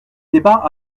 débat